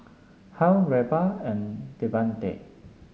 Hal Reva and Devante